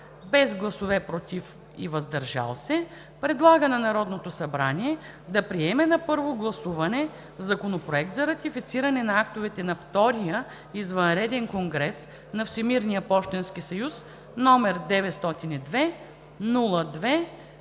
без „против“ и „въздържал се“ предлага на Народното събрание да приеме на първо гласуване Законопроект за ратифициране на актовете на Втория извънреден конгрес на Всемирния пощенски съюз, № 902-02-9,